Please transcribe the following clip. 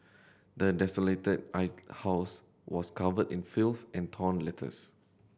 the desolated house was covered in filth and torn letters